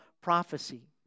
prophecy